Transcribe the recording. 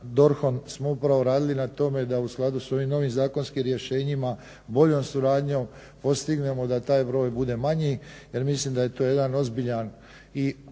DORH-om smo upravo radili na tome da u skladu sa ovim novim zakonskim rješenjima, boljom suradnjom postignemo da taj broj bude manji jer mislim da je to jedan ozbiljan i